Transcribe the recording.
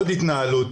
עוד התנהלות